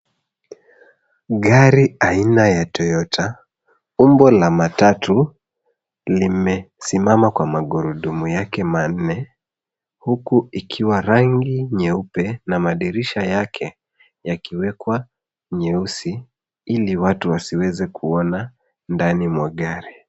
Gari aina ya Toyota umbo la matatu limesimama kwa magurudumu yake manne huku ikiwa rangi nyeupe na madirisha yake yakiwekwa nyeusi ili watu wasiweze kuona ndani mwa gari.